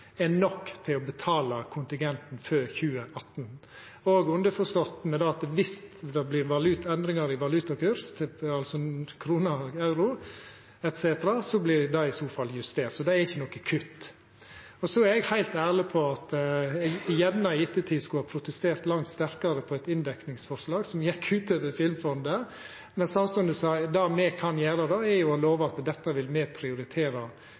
er nok til å betala kontingenten for 2018, underforstått at dersom det vert endringar i valutakurs, kroner i høve til euro etc., vert det justert. Så det er ikkje noko kutt. Så er eg heilt ærleg på at eg gjerne i ettertid skulle ha protestert langt sterkare mot eit inndekningsforslag som gjekk ut over Filmfondet. Men samstundes er jo det me kan gjera, å lova at dette vil me prioritera